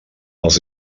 els